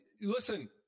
listen